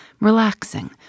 relaxing